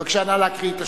בבקשה, נא להקריא את השאלה.